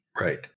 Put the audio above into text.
Right